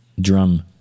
drum